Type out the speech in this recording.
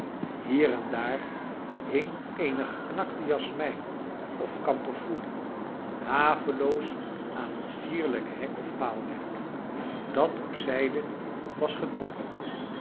hier en daar hing eene geknakte jasmijn of kamperfoelie haveloos aan een sierlijk hek of paalwerk dat op zijde was getrokken